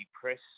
press